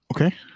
Okay